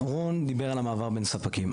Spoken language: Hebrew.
רון דיבר על המעבר בין ספקים.